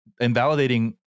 invalidating